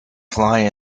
fly